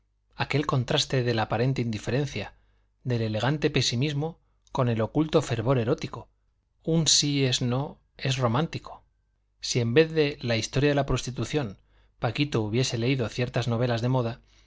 aquel contraste de la aparente indiferencia del elegante pesimismo con el oculto fervor erótico un si es no es romántico si en vez de la historia de la prostitución paquito hubiese leído ciertas novelas de moda